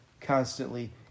constantly